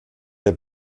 der